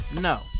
no